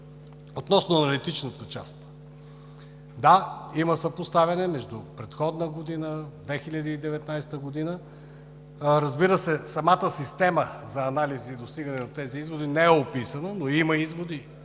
Относно аналитичната част. Да, има съпоставяне между предходна година – 2019 г. Разбира се, самата система за анализ и достигане на тези изводи не е описано, но има изводи,